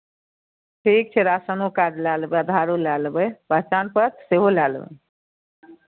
ठीक छै राशनो कार्ड लए लेबै आधारो लए लेबै पहचानो पत्र सेहो लए लेबै